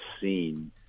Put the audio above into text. seen